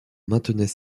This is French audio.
maintenait